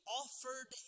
offered